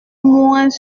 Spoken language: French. moins